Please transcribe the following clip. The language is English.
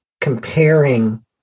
comparing